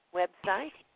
website